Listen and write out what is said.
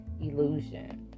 illusion